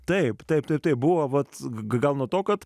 taip taip tap tai buvo vat gal nuo to kad